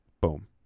boom